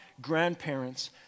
grandparents